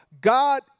God